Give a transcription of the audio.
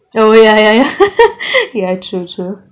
oh ya ya ya ya true true